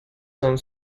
son